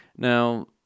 Now